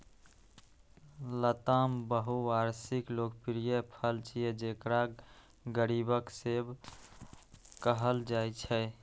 लताम बहुवार्षिक लोकप्रिय फल छियै, जेकरा गरीबक सेब कहल जाइ छै